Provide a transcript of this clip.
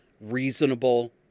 reasonable